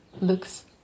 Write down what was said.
looks